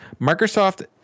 Microsoft